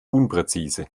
unpräzise